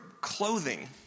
clothing